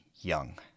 young